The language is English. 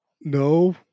No